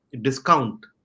discount